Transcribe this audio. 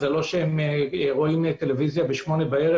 זה לא שהם רואים טלוויזיה בשמונה בערב